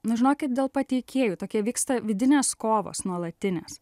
nu žinokit dėl pateikėjų tokie vyksta vidinės kovos nuolatinės